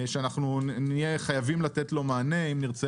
שאנחנו נהיה חייבים לתת לו מענה אם נרצה